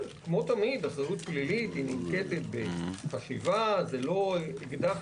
אם אני הייתי המשרד להגנת הסביבה, לא הייתי מסכים